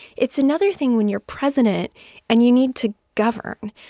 it's another thing when you're president and you need to govern,